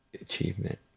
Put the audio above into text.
achievement